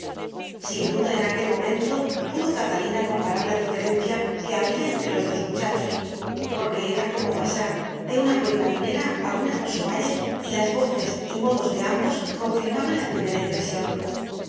sin duda en aquel momento pudo catalina comparar la diferencia que había entre los dos muchachos porque era como pasar de una cuenca minera a un hermoso valle y las voces y modos de ambos confirmaban la primera impresión